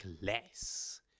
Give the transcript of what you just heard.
less